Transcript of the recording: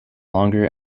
longer